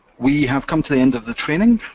we have come to the end of the training.